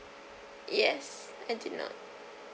yes I did not